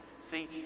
See